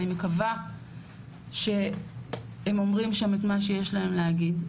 אני מקווה שהם אומרים שם את מה שיש להם להגיד,